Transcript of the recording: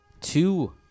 Two